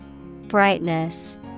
Brightness